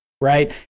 right